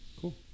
Cool